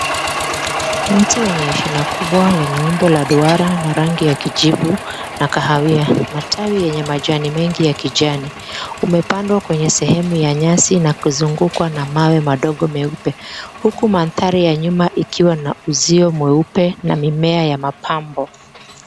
Mti wenye shina kubwa lenye umbo la duara na rangi ya kijivu na kahawia. Matawi yenye majani mengi ya kijani. Umepandwa kwenye sehemu ya nyasi na kuzungukwa na mawe madogo meupe. Huku mandhari ya nyuma ukiwa na uzio mweupe na mimea ya mapambo.